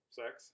sex